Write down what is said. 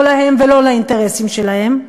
לא להן ולא לאינטרסים שלהן,